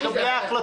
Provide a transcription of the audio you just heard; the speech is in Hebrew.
למה זה לא הם?